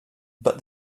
but